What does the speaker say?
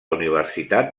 universitat